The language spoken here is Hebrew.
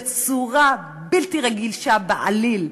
בצורה בלתי רגישה בעליל,